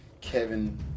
Kevin